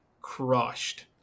crushed